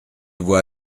voie